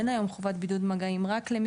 אין היום חובת בידוד מגעים,